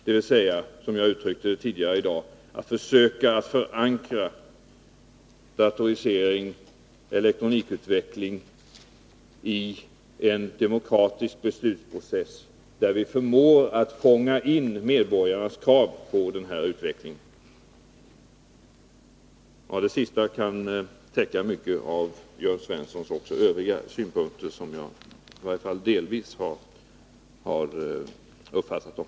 Det är alltså, som jag uttryckte det tidigare, viktigt att försöka förankra datorisering och elektronikutveckling i en demokratisk beslutsprocess, där vi förmår att fånga in medborgarnas krav på utvecklingen. Det sista kan täcka en del av Jörn Svenssons övriga synpunkter, så som jag i varje fall har uppfattat dem.